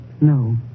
No